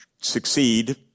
succeed